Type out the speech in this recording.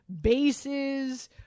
bases